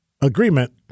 agreement